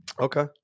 Okay